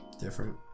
Different